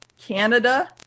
Canada